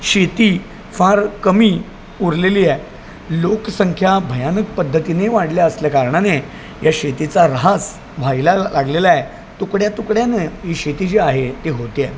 शेती फार कमी उरलेली आहे लोकसंख्या भयानक पद्धतीने वाढल्या असल्या कारणाने या शेतीचा ऱ्हास व्हायला लागलेला आहे तुकड्या तुकड्यानं ही शेती जी आहे ती होते आहे